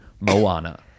Moana